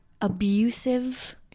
abusive